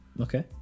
Okay